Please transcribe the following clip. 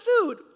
food